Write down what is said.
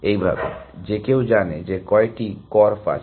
এইভাবে যে কেউ জানে যে এখানে কয়টি কর্ফ আছে